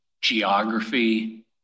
geography